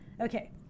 Okay